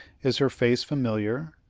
is her face familiar?